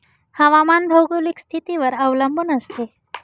हवामान भौगोलिक स्थितीवर अवलंबून असते